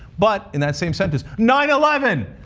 but, in that same sentence, nine eleven!